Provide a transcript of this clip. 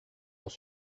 vont